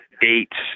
dates